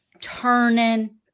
turning